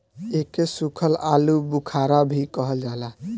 एके सुखल आलूबुखारा भी कहल जाला